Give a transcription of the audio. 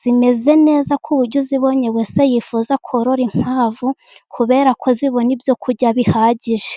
zimeze neza ku buryo uzibonye wese yifuza korora inkwavu, kubera ko zibona ibyo kurya bihagije.